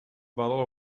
bottle